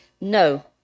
No